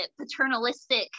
paternalistic